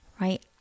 right